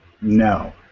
No